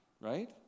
Right